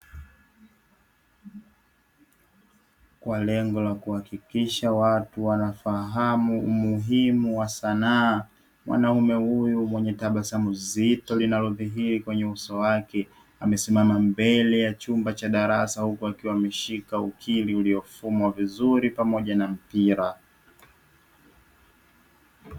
kwa lengo la kuhakikisha watu wanafahamu umuhimu wa sanaa mwanaume huyu mwenye tabasamu zito zinalozidhihiri kwenye uso wake amesimama mbele ya chumba cha darasa huku akiwa ameshika ukiri uliofumwa vizuri pamoja na mpira.